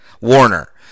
Warner